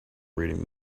reading